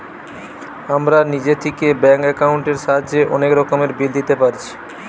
আমরা নিজে থিকে ব্যাঙ্ক একাউন্টের সাহায্যে অনেক রকমের বিল দিতে পারছি